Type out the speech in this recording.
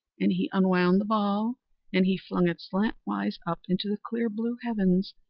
and he unwound the ball and he flung it slant-wise up into the clear blue heavens,